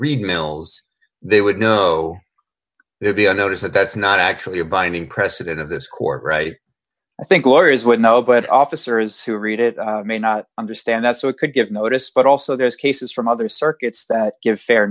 read emails they would know they'd be on notice that that's not actually a binding precedent of this court right i think lawyers would know but officers who read it may not understand that so it could give notice but also those cases from other circuits that give fair